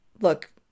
look